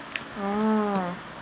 orh